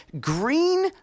Green